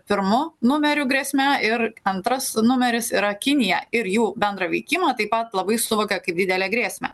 pirmu numeriu grėsme ir antras numeris yra kiniją ir jų bendrą veikimą taip pat labai suvokia kaip didelę grėsmę